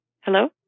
Hello